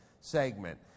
segment